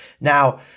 Now